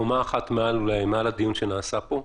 קומה אחת מעל הדיון שנעשה פה.